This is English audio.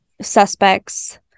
suspects